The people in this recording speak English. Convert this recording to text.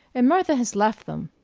and martha has left them.